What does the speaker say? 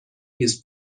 his